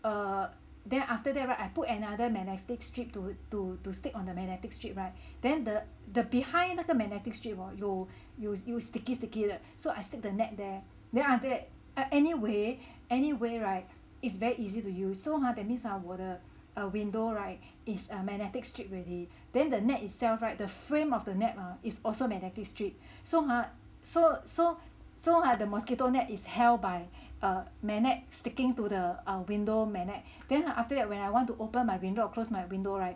err then after that [right] I put another magnetic strip to to to stick on the magnetic strip [right] then the the behind 那个 magnetic strip hor 有有 sticky sticky 的 so I stick the net there then after that I anyway anyway [right] it's very easy to use so !huh! that means !huh! 我的 err window [right] is a magnetic strip already then the net itself [right] the frame of the net ah is also magnetic strip so !huh! so so so !huh! the mosquito net is held by a magnet sticking to the err window magnet then !huh! after that when I want to open my window or close my window [right]